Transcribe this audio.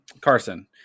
Carson